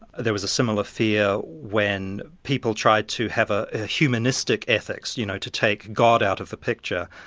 there was a similar fear when people tried to have a humanistic ethics you know to take god out of the picture.